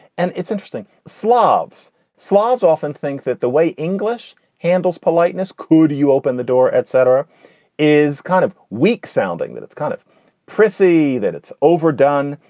and it's interesting, slavs slavs often think that the way english handles politeness could you open the door, etc. is kind of weak sounding, that it's kind of prissy, that it's overdone,